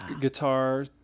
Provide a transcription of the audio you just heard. guitar